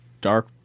dark